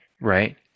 right